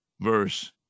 verse